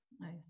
Nice